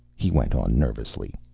he went on nervously.